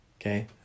okay